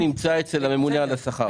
אדוני היו"ר, הפתרון נמצא אצל הממונה על השכר.